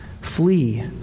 Flee